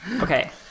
Okay